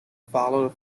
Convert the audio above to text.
followed